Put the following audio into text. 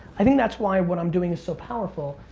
i think that's why what i'm doing is so powerful.